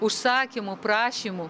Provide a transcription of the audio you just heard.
užsakymų prašymų